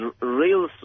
real